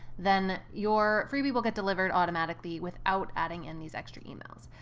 then your freebie will get delivered automatically without adding in these extra emails.